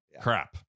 Crap